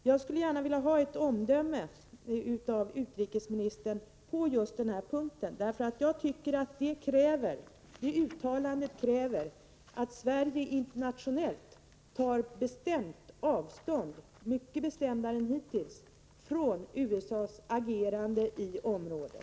Jag skulle gärna vilja ha ett omdöme av utrikesministern på just den här punkten, för jag tycker att uttalandet kräver att Sverige internationellt tar bestämt avstånd, mycket bestämdare än hittills, fftån USA:s agerande i området.